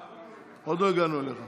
עוד לא הגענו אליהם.